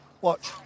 watch